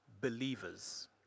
believers